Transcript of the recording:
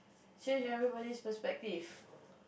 change everybody's perspective